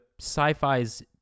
sci-fi's